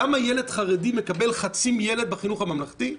למה ילד חרדי מקבל חצי מילד בחינוך הממלכתי?